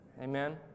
Amen